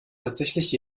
tatsächlich